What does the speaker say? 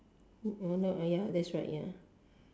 ah ya that's right ya